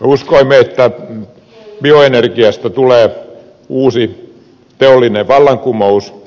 uskoimme että bioenergiasta tulee uusi teollinen vallankumous